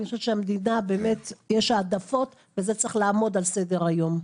במדינה יש העדפות וזה צריך לעמוד על סדר היום.